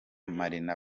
marina